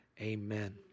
amen